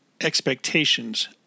expectations